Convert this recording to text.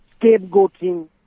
scapegoating